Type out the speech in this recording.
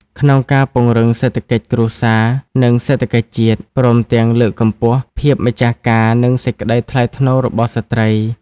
ក្នុងការ ពង្រឹងសេដ្ឋកិច្ចគ្រួសារ និងសេដ្ឋកិច្ចជាតិ ព្រមទាំងលើកកម្ពស់ ភាពម្ចាស់ការ និងសេចក្តីថ្លៃថ្នូររបស់ស្ត្រី។